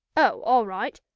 oh, all right.